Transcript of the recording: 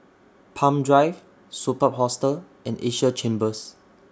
Palm Drive Superb Hostel and Asia Chambers